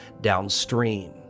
downstream